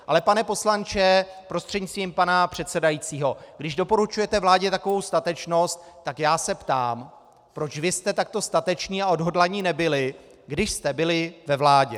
Ale pane poslanče prostřednictvím pana předsedajícího, když doporučujete vládě takovou statečnost, tak se ptám, proč vy jste takto stateční a odhodlaní nebyli, když jste byli ve vládě.